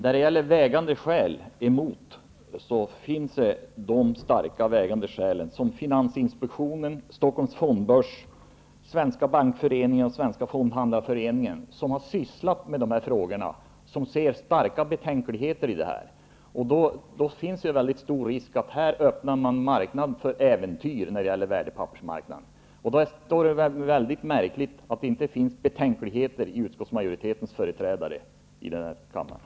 Fru talman! Det finns starkt vägande skäl emot. Svenska bankföreningen och Svenska fondhandlarföreningen, som alla sysslar med aktiehandel, anser att det finns stor risk för att man öppnar för äventyrligheter när det gäller värdepappershandel. Det är väldigt märkligt att det inte finns några betänkligheter hos utskottsmajoritetens företrädare i denna kammare.